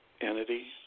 entity